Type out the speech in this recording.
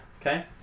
Okay